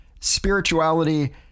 spirituality